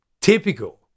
typical